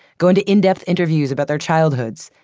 go into in-depth interviews about their childhoods,